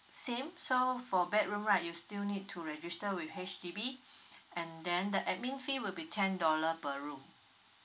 same so for bedroom right you still need to register with H_D_B and then the admin fee will be ten dollar per room